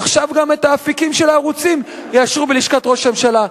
ועכשיו גם את האפיקים של הערוצים יאשרו בלשכת ראש הממשלה.